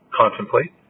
contemplate